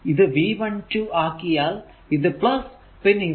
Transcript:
ഇത് V12 ആക്കിയാൽ ഇത് പിന്നെ ഇത്